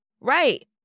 right